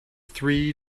three